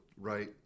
Right